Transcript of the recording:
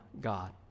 God